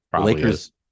Lakers